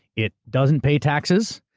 it doesn't pay taxes.